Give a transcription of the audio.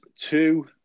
two